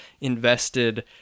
invested